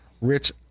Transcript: Rich